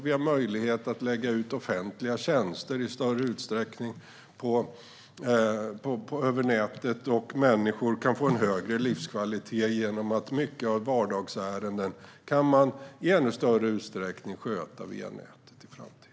Vi har då möjlighet att i större utsträckning lägga ut offentliga tjänster över nätet, och människor kan få en högre livskvalitet genom att de i ännu större utsträckning kan sköta många vardagsärenden via nätet i framtiden.